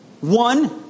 One